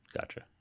gotcha